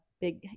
big